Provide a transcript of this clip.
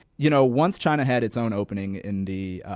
you know, once china had its own opening in the,